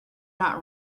not